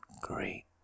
great